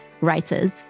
writers